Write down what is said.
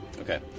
Okay